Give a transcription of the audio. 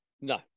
No